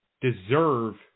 deserve